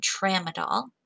Tramadol